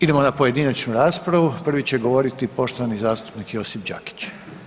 Idemo na pojedinačnu raspravu, prvi će govoriti poštovani zastupnik Josip Đakić.